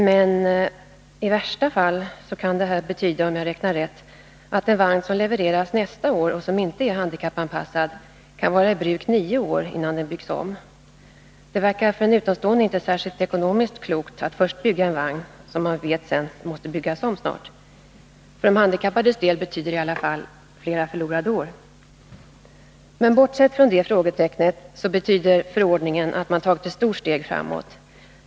Men i värsta fall kan det här betyda att en vagn som levereras nästa år och som inte är handikappanpassad kan vara i bruk nio år, innan den byggs om. Det verkar för en utomstående inte särskilt klokt ur ekonomisk synpunkt att först bygga en vagn som man vet snart måste byggas om. För de handikappades del betyder det i alla fall flera förlorade år. Men bortsett från det frågetecknet, så betyder förordningen att man tagit ett stort steg framåt.